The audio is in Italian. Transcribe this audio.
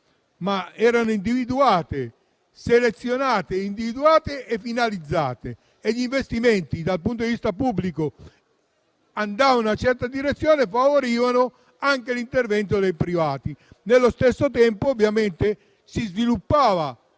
ma erano individuate, selezionate e finalizzate e gli investimenti pubblici andavano in una certa direzione e favorivano anche l'intervento dei privati. Nello stesso tempo, ovviamente, si sviluppava